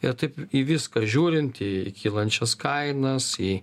ir taip į viską žiūrint į į kylančias kainas į